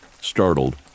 Startled